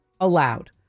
allowed